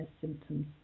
symptoms